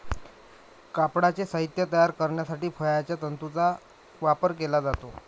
कापडाचे साहित्य तयार करण्यासाठी फळांच्या तंतूंचा वापर केला जातो